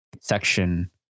section